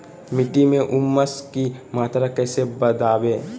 मिट्टी में ऊमस की मात्रा कैसे बदाबे?